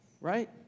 right